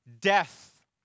death